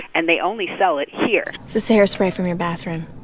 and they only sell it here this hair spray from your bathroom,